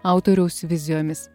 autoriaus vizijomis